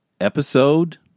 Episode